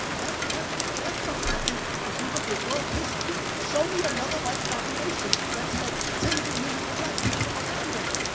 that's that's something, i think, if you look at world history, show me another white population that's had tens of millions of black people around them.